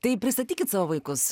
taip pristatykit savo vaikus